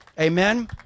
Amen